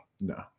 No